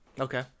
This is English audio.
Okay